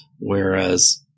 Whereas